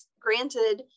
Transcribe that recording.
granted